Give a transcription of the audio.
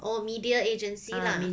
oh media agency lah